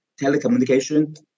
telecommunication